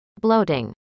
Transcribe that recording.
Bloating